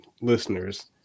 listeners